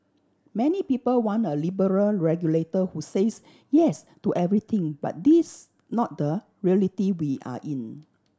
many people want a liberal regulator who says yes to everything but this not the reality we are in